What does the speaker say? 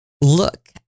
look